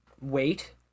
weight